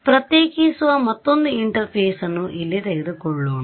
ಪ್ರತ್ಯೇಕಿಸುವ ಮತ್ತೊಂದು ಇಂಟರ್ಫೇಸ್ ಅನ್ನು ಇಲ್ಲಿ ತೆಗೆದುಕೊಳ್ಳೋಣ